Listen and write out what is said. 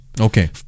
Okay